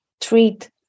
treat